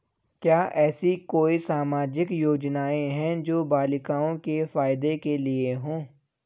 क्या ऐसी कोई सामाजिक योजनाएँ हैं जो बालिकाओं के फ़ायदे के लिए हों?